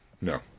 No